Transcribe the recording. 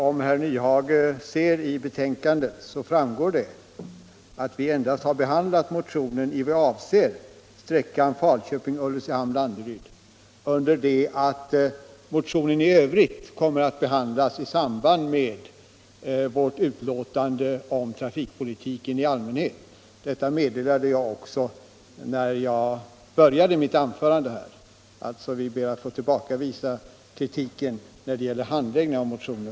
Om herr Nyhage läser betänkandet, skall han finna att vi endast har behandlat motionen i vad avser sträckan Falköping-Ulricehamn-Landeryd, under det att motionen i övrigt kommer 143 att behandlas i samband med vårt betänkande om trafikpolitiken i allmänhet. Detta meddelade jag också när jag började mitt huvudanförande. Vi ber alltså att få såsom obefogad tillbakavisa kritiken när det gäller handläggningen av motionen.